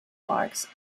marks